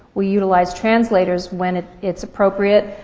we utilize translators when it's appropriate.